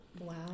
wow